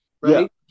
right